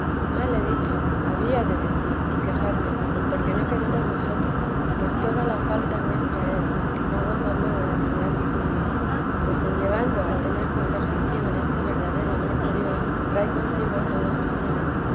mal he dicho había de decir y quejarme porque no queremos nosotros pues toda la falta nuestra es en no gozar luego de tan gran dignidad teresa dj pues en llegando a tener con perfección este verdadero amor de dios trae consigo todos los bienes